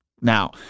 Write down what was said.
Now